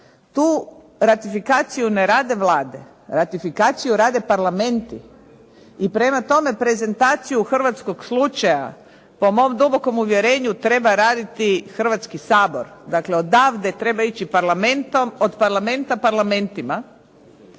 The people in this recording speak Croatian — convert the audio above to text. tu ratifikaciju ne rade vlade, ratifikaciju rade parlamenti, i prema tome prezentaciju Hrvatskog slučaja po mom dubokom uvjerenju treba raditi Hrvatski sabor, dakle odavde treba ići parlamentom, od parlamenta parlamentima,